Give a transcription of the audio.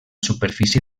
superfície